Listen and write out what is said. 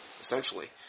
essentially